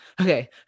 Okay